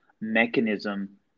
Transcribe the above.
mechanism